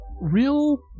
real